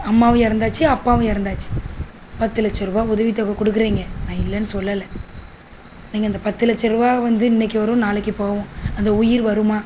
அம்மாவும் இறந்தாச்சி அப்பவும் இறந்தாச்சி பத்து லட்ச ருபாய் உதவி தொகை கொடுக்குறிங்க நான் இல்லைன்னு சொல்லலை நீங்கள் அந்த பத்து லட்ச ரூபாவ வந்து இன்றைக்கு வரும் நாளைக்கு போகும் அந்த உயிர் வருமா